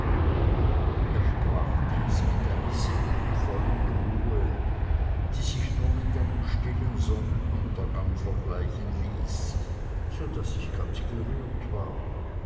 er sprach dies mit einer seelenvollen ruhe die sich nur mit einem stillen sonnenuntergang vergleichen ließ so daß ich ganz gerührt war